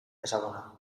ezaguna